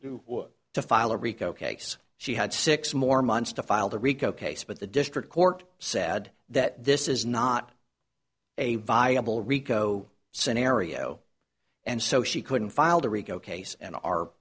file a rico case she had six more months to file the rico case but the district court said that this is not a viable rico scenario and so she couldn't filed a rico case in our